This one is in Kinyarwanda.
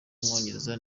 w’umwongereza